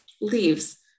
leaves